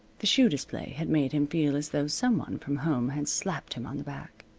the shoe display had made him feel as though some one from home had slapped him on the back.